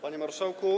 Panie Marszałku!